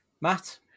Matt